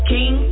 King